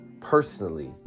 Personally